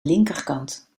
linkerkant